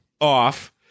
off